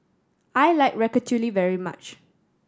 I like Ratatouille very much